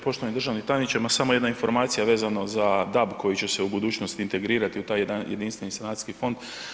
Poštovani državni tajniče, ma samo jedna informacija vezano za DAB koji će se u budućnosti integrirati u taj jedan jedinstveni sanacijski fond.